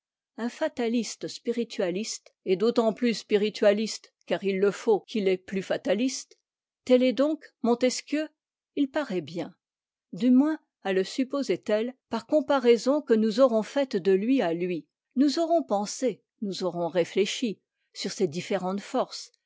un fataliste spiritualiste et d'autant plus spiritualiste car il le faut qu'il est plus fataliste tel est donc montesquieu il paraît bien du moins à le supposer tel par comparaison que nous aurons faite de lui à lui nous aurons pensé nous aurons réfléchi sur ces différentes forces